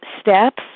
steps